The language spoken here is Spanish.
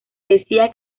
decía